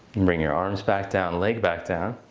and bring your arms back down. leg back down.